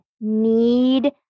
need